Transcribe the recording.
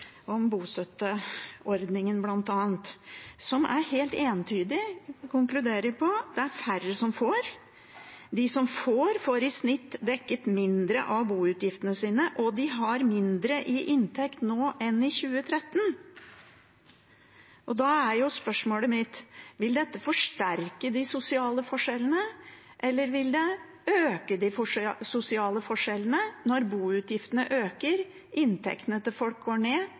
om bl.a. bostøtteordningen, og jeg har fått svar fra statsråden som er helt entydig: Det konkluderer med at det er færre som får, og de som får, får i snitt dekket mindre av boutgiftene sine, og de har mindre i inntekt nå enn i 2013. Da er spørsmålet mitt: Vil det forsterke de sosiale forskjellene, eller vil det øke de sosiale forskjellene når boutgiftene øker, inntektene til folk går ned,